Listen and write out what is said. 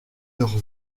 leurs